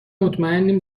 مطمئنیم